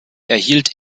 erhielt